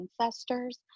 ancestors